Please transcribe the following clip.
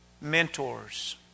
Mentors